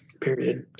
period